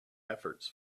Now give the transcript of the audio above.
efforts